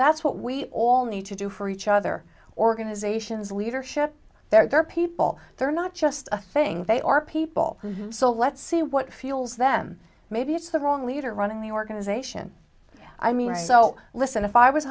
that's what we all need to do for each other organizations leadership there are people there not just affecting they are people so let's see what fuels them maybe it's the wrong leader running the organization i mean so listen if i was